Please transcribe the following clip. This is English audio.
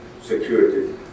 security